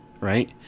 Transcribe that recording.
right